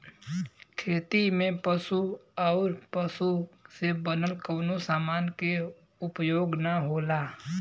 खेती में पशु आउर पशु से बनल कवनो समान के उपयोग ना होला